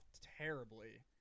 terribly